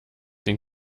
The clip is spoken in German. den